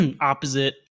opposite